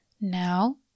Now